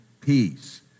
peace